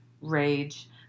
rage